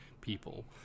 people